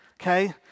okay